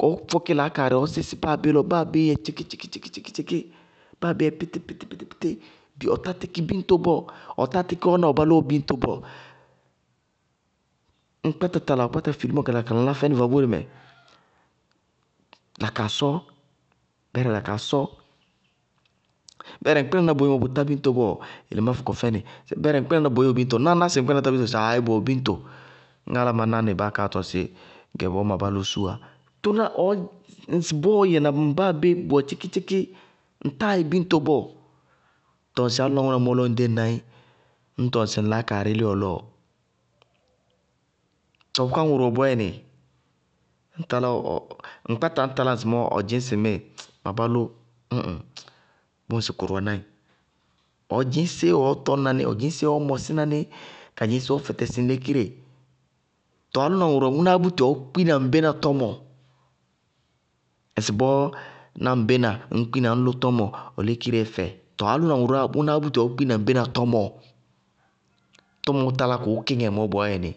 ɔɔ fɔkí laákaarɩ ɔɔ sísɩ báa bé lɔ, báa béé yɛ tchíkí-tchíkí-tchíkí, báa béé yɛ píríɩítípítí ɔtá tíkí biñto bɔɔ, ɔtá tíkí ɔ ná ɔ bálʋ yɛ biñto bɔɔ ŋ kpáta tala ɔɔ kpátá fi límɔ ka laná fɛnɩ vaóremɛ, la kaa sɔ, bɛɛrɛ la kaa sɔ. Bɛɛrɛ ŋ kpínaná boémɔ bʋtá biñto bɔɔɔ? Bɛɛr yele má fɔkɔ fɛnɩ. Ná ná sɩ ŋ kpínaná tá biñto bɔɔ, sɩ aaayí sɩ bʋwɛ biñto. Ñŋ áláma ná nɩ baá kaa tɔŋ sɩ gɛ bɔɔ ma bálʋʋ súwá. Tʋna ɔɔ, ŋsɩbɔɔ ɔɔ yɛ na ŋ báa bé bʋwɛ tchíkí-tchíkí-tchíkí, ŋtáa yɛ biñto bɔɔ. Tɔɔ ŋsɩ álʋna ŋʋná mɔ ŋ ɖéŋ naí, ññ tɔŋ sɩ ŋ laákaarɩí lí ɔ lɔɔ? Tɔɔ bʋká ŋʋrʋ wɛ bɔɔyɛnɩ, ñ taláa, ŋ kpáta ŋñ talá ŋsɩmɔɔ bʋná ɔ dzɩñ sɩ ma bálʋ ñ ŋ bʋ mʋ ŋsɩ kʋrʋwɛ ná ɩ. Ɔ dzɩñ séé ɔɔ tɔñna ní ɔ dzɩñ séé ɔɔ mɔsína ní, ka dzɩŋ séé ɔ fɛtɛsɩ ŋ lékire. Tɔɔ álʋna ŋʋrʋ ŋʋnáá búti ɔɔ kpína ŋgbaná tɔmɔ, ŋsɩbɔɔ ná ŋbéna ñ kpína ŋñlʋ tɔmɔ ɔ lékireé fɛ, tɔɔ álʋna ŋʋrʋʋ wáana ŋʋnáá búti ɔɔ kpína ŋgbana tɔmɔ, tʋmɔɔ talá kʋʋ kíŋɛ mɔɔ bɔɔyɛnɩ.